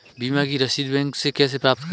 बीमा की रसीद बैंक से कैसे प्राप्त करें?